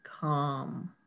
calm